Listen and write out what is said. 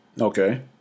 okay